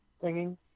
Singing